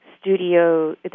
Studio